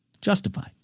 justified